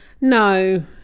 No